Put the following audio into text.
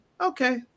okay